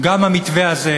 גם המתווה הזה